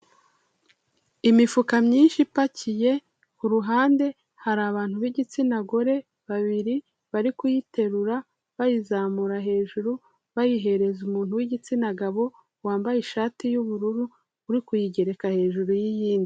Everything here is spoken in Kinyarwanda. Imifuka myinshi ipakiye, ku ruhande hari abantu b'igitsina gore babiri, bari kuyiterura bayiyizamura hejuru, bayihereza umuntu w'igitsina gabo, wambaye ishati y'ubururu, uri kuyigereka hejuru y'iyindi.